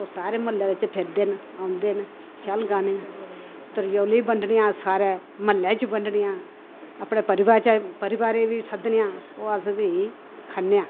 सारे म्हल्ले बिच्च फिरदे न औंदे न शैल गाने त्रिचौली बडंनियां अस सारै म्हल्लै च बंडने आं अपने परिवार च परिवारै बी सद्दने आं ओह् अस फ्ही खन्ने आं